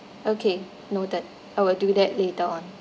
okay noted I will do that later on